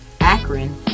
Akron